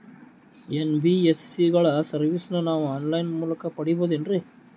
NBSC ಗಳ ಸರ್ವಿಸನ್ನ ನಾವು ಆನ್ ಲೈನ್ ಮೂಲಕ ಪಡೆಯಬಹುದೇನ್ರಿ?